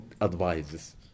advises